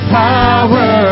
power